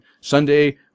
Sunday